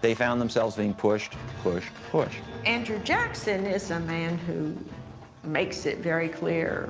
they found themselves being pushed, pushed, pushed. andrew jackson is a man who makes it very clear